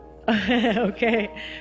Okay